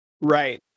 Right